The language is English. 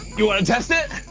you want to test it